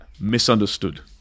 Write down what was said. Misunderstood